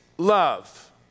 Love